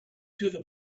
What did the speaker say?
through